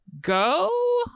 go